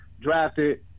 drafted